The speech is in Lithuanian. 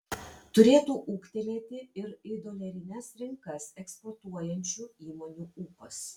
turėtų ūgtelėti ir į dolerines rinkas eksportuojančių įmonių ūpas